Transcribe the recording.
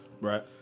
Right